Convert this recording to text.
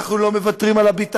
אנחנו לא מוותרים על הביטחון.